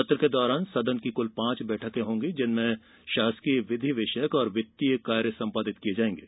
सत्र के दौरान सदन की कृल पांच बैठकें होंगी जिसमें शासकीय विधि विषयक और वित्तीय कार्य संपादित किए जाएंगे